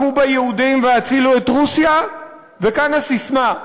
הכו ביהודים והצילו את רוסיה, וכאן הססמה: